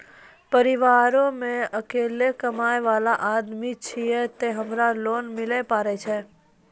परिवारों मे अकेलो कमाई वाला आदमी छियै ते हमरा लोन मिले पारे छियै?